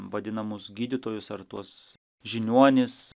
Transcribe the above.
vadinamus gydytojus ar tuos žiniuonis